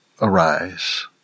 arise